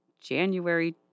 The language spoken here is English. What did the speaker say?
January